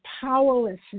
powerlessness